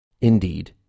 Indeed